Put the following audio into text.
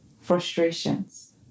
frustrations